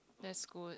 that's good